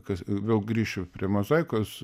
kas vėl grįšiu prie mozaikos